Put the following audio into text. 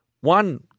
one